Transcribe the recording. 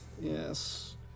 Yes